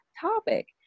topic